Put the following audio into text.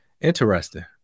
Interesting